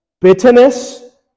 bitterness